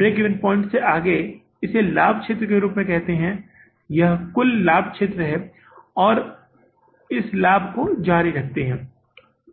break even points से आगे इसे लाभ क्षेत्र के रूप में कहा जाता है यह कुल लाभ क्षेत्र है और हम इस लाभ को जारी रखते हैं